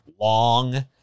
long